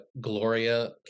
Gloria